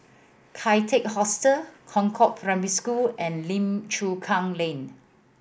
Kian Teck Hostel Concord Primary School and Lim Chu Kang Lane